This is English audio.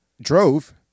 drove